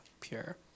pure